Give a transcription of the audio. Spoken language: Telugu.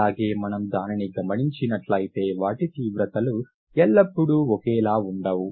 అలాగే మనం దానిని గమనించినట్లయితే వాటి తీవ్రతలు ఎల్లప్పుడూ ఒకేలా ఉండవు